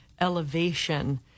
elevation